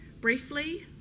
briefly